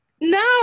No